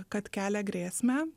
kad kelia grėsmę